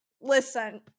Listen